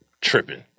tripping